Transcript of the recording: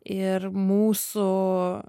ir mūsų